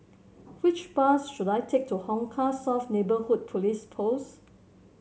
which bus should I take to Hong Kah South Neighbourhood Police Post